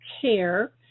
Care